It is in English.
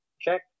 check